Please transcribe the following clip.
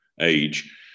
age